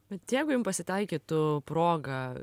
bet jeigu jum pasitaikytų proga